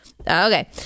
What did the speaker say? okay